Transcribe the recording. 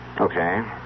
Okay